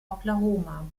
oklahoma